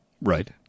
Right